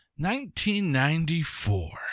1994